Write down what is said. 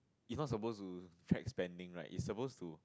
it's not supposed to track spending right it's supposed to